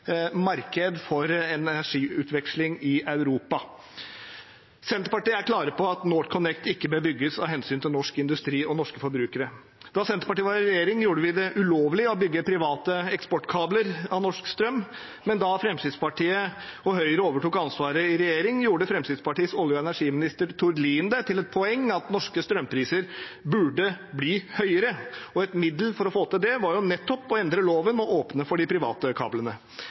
marked for energiutveksling i Europa. Senterpartiet er klare på at NorthConnect ikke bør bygges, av hensyn til norsk industri og norske forbrukere. Da Senterpartiet var i regjering, gjorde vi det ulovlig å bygge private eksportkabler for norsk strøm, men da Fremskrittspartiet og Høyre overtok ansvaret, gjorde Fremskrittspartiets olje- og energiminister Tord Lien det til et poeng at norske strømpriser burde bli høyere. Et middel for å få til det var nettopp å endre loven og åpne for de private kablene.